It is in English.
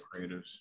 creatives